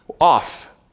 off